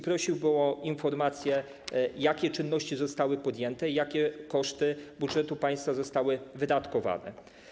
Prosiłbym o informację, jakie czynności zostały podjęte i jakie środki z budżetu państwa zostały wydatkowane.